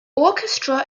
orchestra